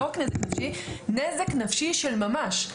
נזק נפשי של ממש,